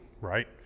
right